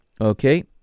Okay